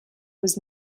was